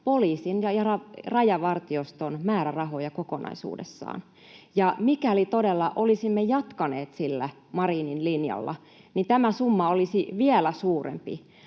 poliisin ja Rajavartioston määrärahoja kokonaisuudessaan. Mikäli todella olisimme jatkaneet sillä Marinin linjalla, tämä summa olisi vielä suurempi.